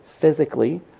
physically